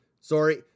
Sorry